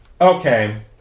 Okay